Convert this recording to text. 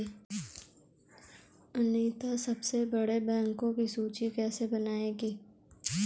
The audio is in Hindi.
अनीता सबसे बड़े बैंकों की सूची कैसे बनायेगी?